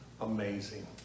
amazing